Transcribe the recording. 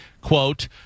quote